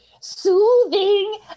soothing